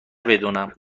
بدونم